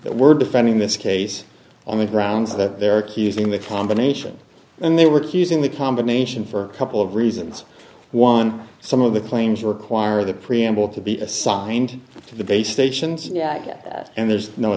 that we're defending this case on the grounds that they're accusing the combination and they work using the combination for a couple of reasons one some of the claims require the preamble to be assigned to the base stations and there's no